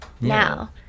Now